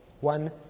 One